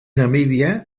namíbia